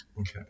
Okay